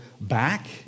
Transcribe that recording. back